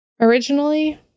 originally